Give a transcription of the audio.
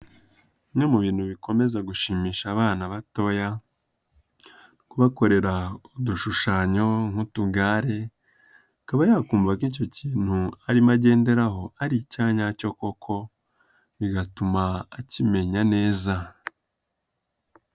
Bimwe mu bintu bikomeza gushimisha abana batoya kubakorera udushushanyo nk'utugare, akaba yakumva ko icyo kintu arimo agenderaho ari icyanyacyo koko, bigatuma akimenya neza.